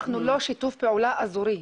אנחנו לא שיתוף פעולה אזורי.